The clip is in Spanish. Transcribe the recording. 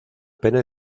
pene